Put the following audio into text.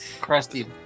Crusty